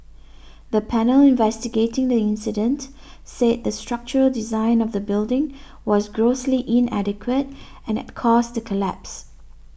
the panel investigating the incident said the structural design of the building was grossly inadequate and had caused the collapse